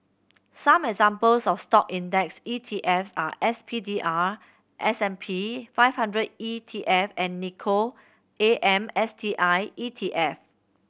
some examples of Stock index E T F s are S P D R S and P five hundred E T F and Nikko A M S T I E T F